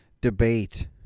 debate